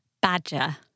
Badger